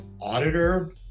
auditor